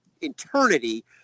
eternity